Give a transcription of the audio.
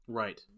right